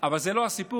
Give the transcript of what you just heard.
אבל זה לא הסיפור.